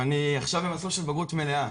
אני עכשיו במסלול של בגרות מלאה.